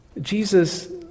Jesus